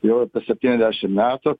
jau apie septyniasdešim metų